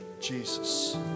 Jesus